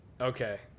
Okay